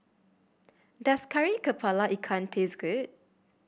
does Kari kepala Ikan taste good